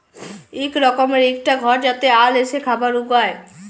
ইক রকমের ইকটা ঘর যাতে আল এসে খাবার উগায়